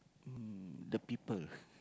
mm the people